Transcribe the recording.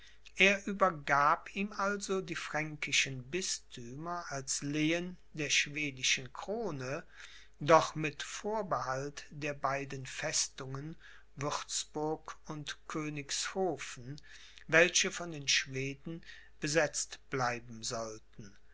er übergab ihm also die fränkischen bisthümer als lehen der schwedischen krone doch mit vorbehalt der beiden festungen würzburg und königshofen welche von den schweden besetzt bleiben sollten